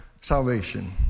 salvation